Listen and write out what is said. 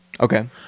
okay